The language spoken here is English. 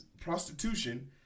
prostitution